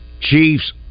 Chiefs